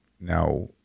Now